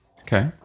Okay